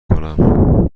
کنم